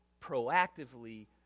proactively